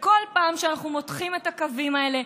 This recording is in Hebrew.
וכל פעם שאנחנו מותחים את הקווים האלה,